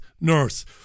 nurse